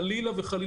חלילה וחס,